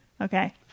Okay